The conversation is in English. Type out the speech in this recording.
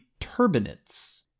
turbinates